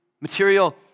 Material